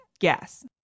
Yes